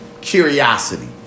curiosity